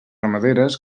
ramaderes